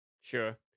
sure